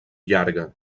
llarga